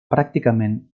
pràcticament